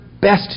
best